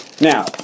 Now